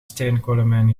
steenkolenmijn